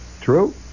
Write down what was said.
True